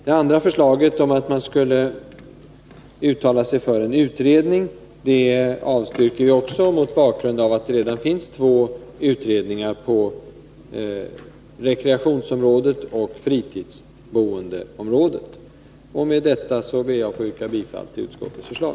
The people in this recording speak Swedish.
Det andra förslaget, att riksdagen skulle uttala sig för en utredning, avstyrker utskottet också, mot bakgrund av att det redan finns två utredningar på rekreationsområdet och fritidsboendeområdet. Med detta ber jag att få yrka bifall till utskottets förslag.